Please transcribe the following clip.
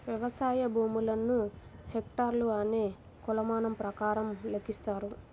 వ్యవసాయ భూములను హెక్టార్లు అనే కొలమానం ప్రకారం లెక్కిస్తారు